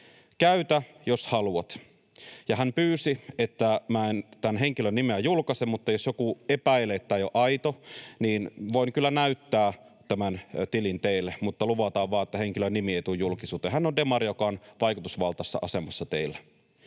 Käytä, jos haluat.” Ja hän pyysi, että en tämän henkilön nimeä julkaise, mutta jos joku epäilee, että tämä ei ole aito, niin voin kyllä näyttää tämän tilin teille, mutta luvataan vain, että henkilön nimi ei tule julkisuuteen. Hän on demari, joka on vaikutusvaltaisessa asemassa teillä.